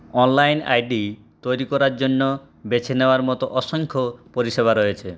online ID তৈরি করার জন্য বেছে নেওয়ার মতো অসংখ্য পরিষেবা রয়েছে